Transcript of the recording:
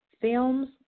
films